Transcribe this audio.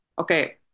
okay